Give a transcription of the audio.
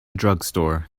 drugstore